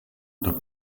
oder